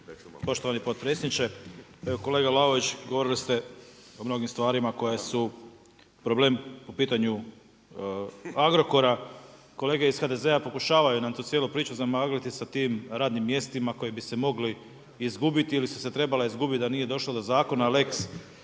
Poštovani potpredsjedniče. Evo, kolega Vlaović govorili ste o mnogim stvarima koje su problem po pitanju Agrokora. Kolege iz HDZ-a pokušavaju nam tu cijelu priču zamagliti sa tim radnim mjestima koje bi se mogli izgubiti ili su se trebala izgubiti da nije došlo do Zakona lex